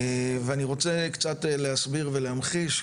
ואני רוצה קצת להסביר ולהמחיש,